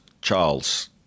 Charles